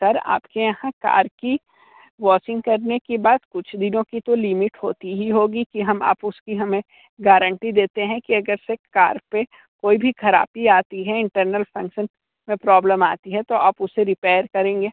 sir आप के यहाँ कार की वॉशिंग करने के बाद कुछ दिनों की तो लिमिट होती ही होगी कि हम आप उस की हमें गारंटी देते हैं कि अगर सिर्फ कार पर कोई भी खराबी आती है इंटरनल फंक्शन में प्रॉब्लम आती है तो आप उसे रिपेयर करेंगे